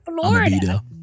Florida